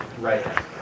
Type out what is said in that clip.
right